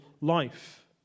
life